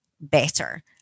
better